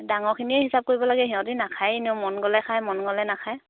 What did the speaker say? ডাঙৰখিনিয়ে হিচাপ কৰিব লাগে সিহঁতে নাখায় এনেও মন গ'লে খায় মন গ'লে নাখায়